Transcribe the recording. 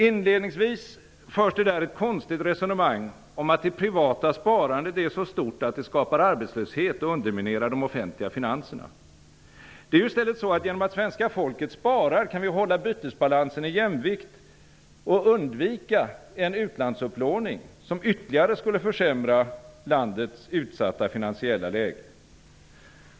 Inledningsvis förs det ett konstigt resonemang om att det privata sparandet är så stort att det skapar arbetslöshet och underminerar de offentliga finanserna. Det är ju i stället så att genom att svenska folket sparar kan vi hålla bytesbalansen i jämvikt och undvika en utlandsupplåning som ytterligare skulle försämra landets utsatta finansiella läge.